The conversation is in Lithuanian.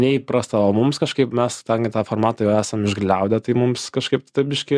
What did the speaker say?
neįprasta o mums kažkaip mes tą tą formatą jau esam išgliaudę tai mums kažkaip tai biškį